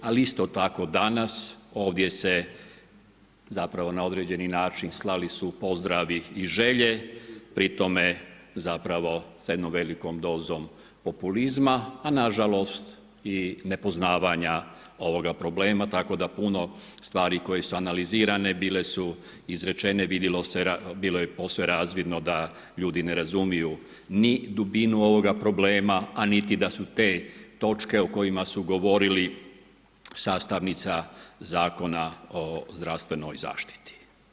Ali isto tako danas ovdje se zapravo na određeni način slali su pozdravi i želje pri tome zapravo sa jednom velikom dozom populizma, a na žalost i nepoznavanja ovoga problema, tako da puno stvari koje su analizirane bile su izrečene vidjelo se bilo je posve razvidno da ljudi ne razumiju ni dubinu ovoga problema, a niti da su te točke o kojima su govorili sastavnica Zakona o zdravstvenoj zaštiti.